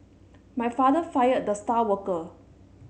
my father fired the star worker